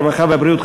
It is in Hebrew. הרווחה והבריאות,